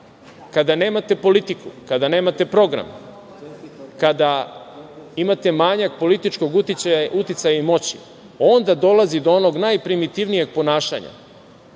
kada nemate politiku, kada nemate program, kada imate manjak političkog uticaja i moći onda dolazi do onog najprimitivnijeg ponašanja.